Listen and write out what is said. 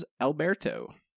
Alberto